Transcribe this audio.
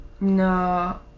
No